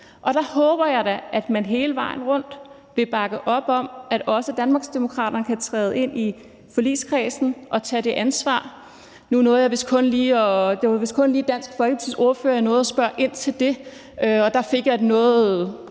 og der håber jeg da, at man hele vejen rundt vil bakke op om, at også Danmarksdemokraterne kan træde ind i forligskredsen og tage det ansvar. Det var vist kun lige Dansk Folkepartis ordfører, jeg nåede at spørge ind til det, og der fik jeg et